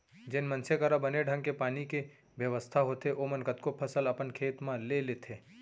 जेन मनसे करा बने ढंग के पानी के बेवस्था होथे ओमन कतको फसल अपन खेत म ले लेथें